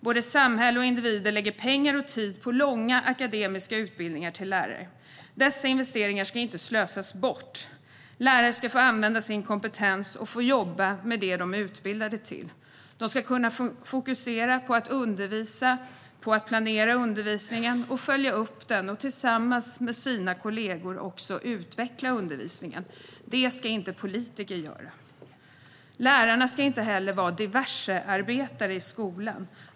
Både samhälle och individer lägger pengar och tid på långa akademiska utbildningar för lärare. Dessa investeringar ska inte slösas bort. Lärare ska få använda sin kompetens och få jobba med det de är utbildade för. De ska kunna fokusera på att undervisa, att planera undervisningen och att följa upp den och att tillsammans med sina kollegor också utveckla undervisningen. Det ska inte politiker göra. Lärarna ska inte heller vara diversearbetare i skolan.